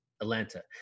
Atlanta